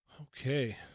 Okay